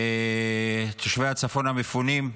תושבי הצפון המפונים,